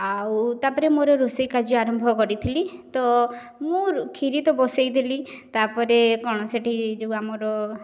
ଆଉ ତା'ପରେ ମୋର ରୋଷେଇ କାର୍ଯ୍ୟ ଆରମ୍ଭ କରିଥିଲି ତ ମୁଁ କ୍ଷୀରି ତ ବସାଇଦେଲି ତା'ପରେ କ'ଣ ସେଠି ଯେଉଁ ଆମର